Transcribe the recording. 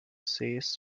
sees